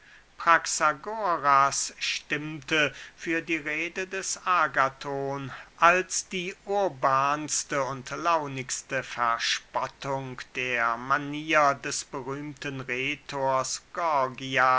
praxagoras stimmte für die rede des agathon als die urbanste und launigste verspottung der manier des berühmten rhetors